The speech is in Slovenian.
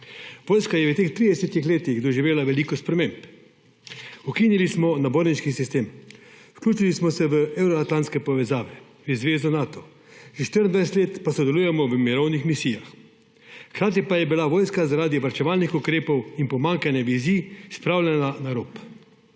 Vojska je v teh 30 letih doživela veliko sprememb. Ukinili smo naborniški sistem, vključili smo se v evroatlantske povezave, v zvezo Nato, že 24 let pa sodelujemo v mirovnih misijah. Hkrati je bila vojska zaradi varčevalnih ukrepov in pomanjkanja vizij spravljena na rob,